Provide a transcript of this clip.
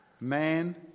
man